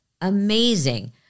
amazing